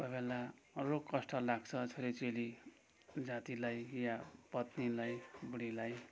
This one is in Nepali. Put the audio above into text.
कोहीबेला रोग कष्ट लाग्छ छोरीचेली जातिलाई या पत्नीलाई बुढीलाई